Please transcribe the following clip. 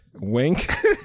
Wink